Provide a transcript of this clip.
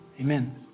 Amen